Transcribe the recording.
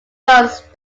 runs